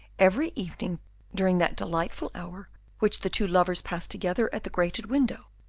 every evening during that delightful hour which the two lovers passed together at the grated window,